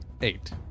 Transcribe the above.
Eight